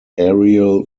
aerial